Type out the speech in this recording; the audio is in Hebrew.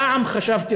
פעם חשבתי,